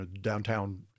downtown